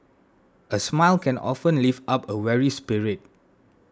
a smile can often lift up a weary spirit